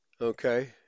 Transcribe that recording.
Okay